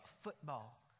football